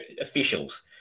officials